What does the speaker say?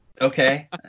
okay